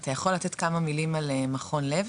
אתה יכול לתת כמה מילים על מכון לב?